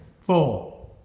four